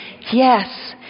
yes